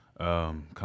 Come